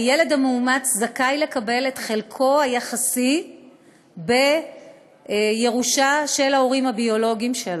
הילד המאומץ זכאי לקבל את חלקו היחסי בירושה של ההורים הביולוגיים שלו.